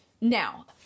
Now